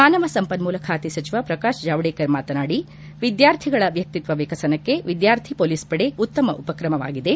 ಮಾನವ ಸಂಪನ್ನೂಲ ಖಾತೆ ಸಚಿವ ಪ್ರಕಾಶ್ ಜಾವಡೇಕರ್ ಮಾತನಾಡಿ ವಿದ್ಗಾರ್ಥಿಗಳ ವ್ಯಕ್ತಿತ್ತ ವಿಕಸನಕ್ಕೆ ವಿದ್ಗಾರ್ಥಿ ಮೊಲೀಸ್ ಪಡೆ ಉತ್ತಮ ಉಪಕ್ರಮವಾಗಿದೆ